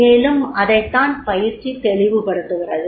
மேலும் அதைத்தான் பயிற்சி தெளிவுபடுத்துகிறது